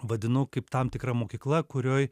vadinu kaip tam tikra mokykla kurioj